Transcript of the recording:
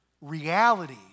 reality